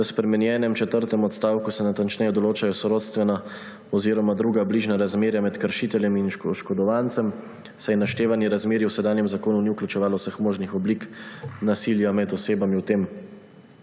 V spremenjenem četrtem odstavku se natančneje določajo sorodstvena oziroma druga bližnja razmerja med kršiteljem in oškodovancem, saj naštevanje razmerij v sedanjem zakonu ni vključevalo vseh možnih oblik nasilja med osebami v tem